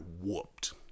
whooped